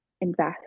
invest